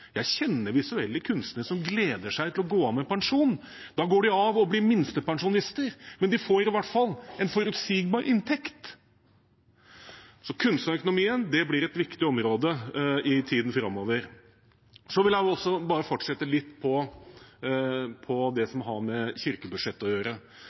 Jeg kjenner visuelle kunstnere som gleder seg til å gå av med pensjon. Da går de av og blir minstepensjonister, men de får i hvert fall en forutsigbar inntekt. Så kunstnerøkonomien blir et viktig område i tiden framover. Jeg vil fortsette med å si litt om kirkebudsjettet. Jeg har nevnt at jeg er fornøyd med at vi gjennom budsjettforhandlingene klarte å